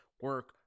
Work